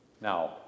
Now